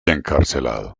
encarcelado